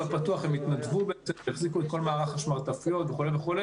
הפתוח והתנדבו והחזיקו את כל מערך השמרטפיות וכו',